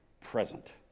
present